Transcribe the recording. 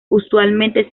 usualmente